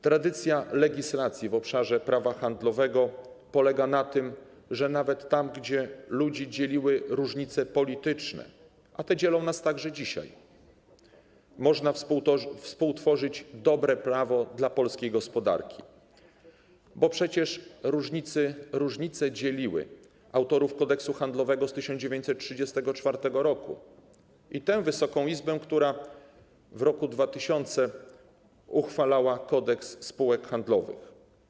Tradycja legislacji w obszarze prawa handlowego polega na tym, że nawet tam, gdzie ludzi dzieliły różnice polityczne, a te dzielą nas także dzisiaj, można współtworzyć dobre prawo dla polskiej gospodarki, bo przecież różnice dzieliły autorów kodeksu handlowego z 1934 r. i dzieliły tę Wysoką Izbę, która w 2000 r. uchwalała Kodeks spółek handlowych.